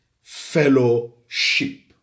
fellowship